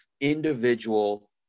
individual